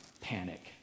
panic